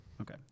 Okay